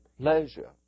pleasure